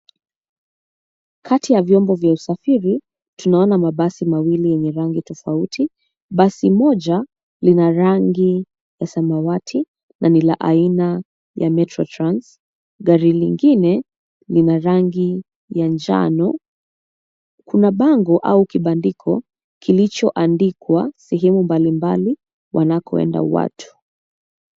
Kati ya vyombo vya usafiri tunaona mabasi mawili yenye rangi tofauti. Basi moja lina rangi ya samawati na lina aina ya Metro trans, gari lingine lina rangi ya njano kuna bango au kibandiko kilichoandikwa sehemu mbali mbali wanakokwenda watu.